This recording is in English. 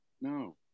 No